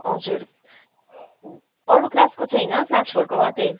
हजुर अरू क्लासको छैन क्लास फोरको मात्रै